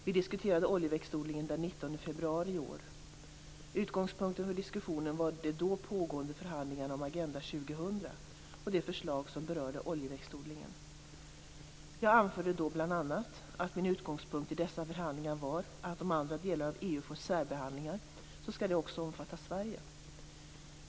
Vi diskuterade oljeväxtodlingen den 19 februari i år. Utgångspunkten för diskussionen var de då pågående förhandlingarna om Agenda 2000 och de förslag som berörde oljeväxtodlingen. Jag anförde då bl.a. att min utgångspunkt i dessa förhandlingar var att om andra delar av EU får särbehandlingar skall det också omfatta Sverige.